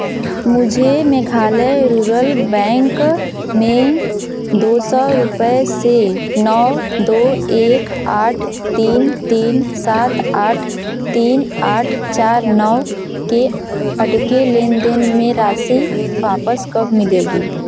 मुझे Meghalaya rural bank में दो सौ रुपये से नौ दो एक आठ तीन तीन सात आठ तीन आठ चार नौ के अटके लेन देन में राशि वापस कब मिलेगी